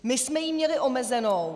My jsme ji měli omezenou.